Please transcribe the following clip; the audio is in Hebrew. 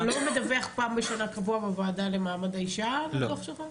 אתה לא מדווח פעם בשנה קבוע בוועדה למעמד האישה את הדוח שלך?